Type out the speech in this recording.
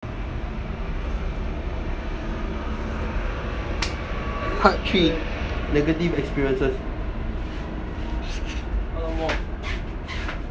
part three negative experiences